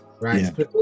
right